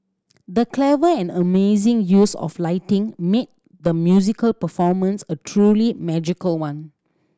the clever and amazing use of lighting made the musical performance a truly magical one